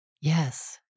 Yes